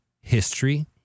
history